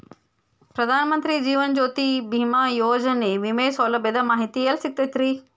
ಪ್ರಧಾನ ಮಂತ್ರಿ ಜೇವನ ಜ್ಯೋತಿ ಭೇಮಾಯೋಜನೆ ವಿಮೆ ಸೌಲಭ್ಯದ ಮಾಹಿತಿ ಎಲ್ಲಿ ಸಿಗತೈತ್ರಿ?